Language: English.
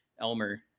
Elmer